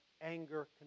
anger